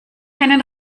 einen